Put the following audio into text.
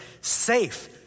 safe